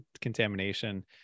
contamination